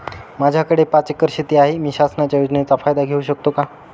माझ्याकडे पाच एकर शेती आहे, मी शासनाच्या योजनेचा फायदा घेऊ शकते का?